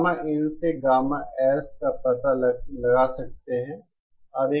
gamma इन से आप गामा S का पता लगा सकते हैं